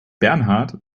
bernhard